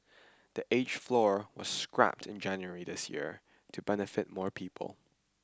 the age floor was scrapped in January this year to benefit more people